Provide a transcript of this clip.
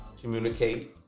communicate